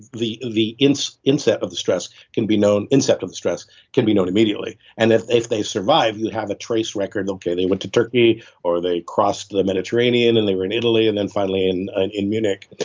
the the inset inset of the stress can be known, inset of the stress can be known immediately. and if if they survived, you'll have a trace record. okay, they went to turkey or they crossed the mediterranean and they were in italy and then finally in and in munich.